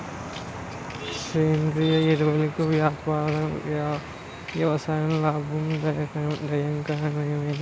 సేంద్రీయ ఎరువులతో వ్యవసాయం లాభదాయకమేనా?